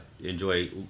enjoy